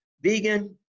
vegan